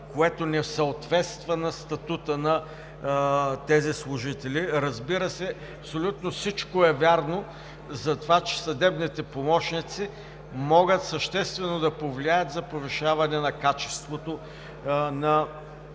което не съответства на статута на тези служители. Разбира се, абсолютно всичко е вярно за това, че съдебните помощници могат съществено да повлияят за повишаване на качеството на магистратския